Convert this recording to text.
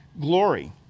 glory